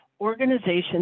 Organizations